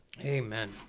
Amen